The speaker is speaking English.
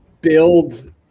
build